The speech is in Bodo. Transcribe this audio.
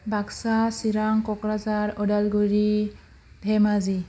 बाक्सा चिरां क'क्राझार उदालगुरि धेमाजि